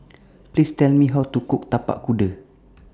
Please Tell Me How to Cook Tapak Kuda